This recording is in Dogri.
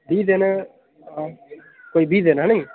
बीह् दिन कोई बीह् दिन हैनी